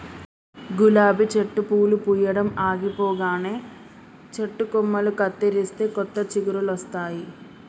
గులాబీ చెట్టు పూలు పూయడం ఆగిపోగానే చెట్టు కొమ్మలు కత్తిరిస్తే కొత్త చిగురులొస్తాయి